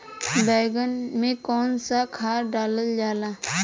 बैंगन में कवन सा खाद डालल जाला?